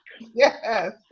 Yes